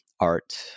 art